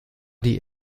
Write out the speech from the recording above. die